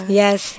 yes